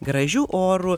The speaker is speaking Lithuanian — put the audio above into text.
gražiu oru